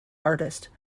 artist